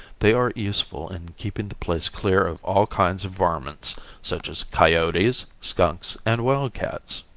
they are useful in keeping the place clear of all kinds of varmints such as coyotes, skunks and wild cats.